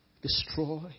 Destroy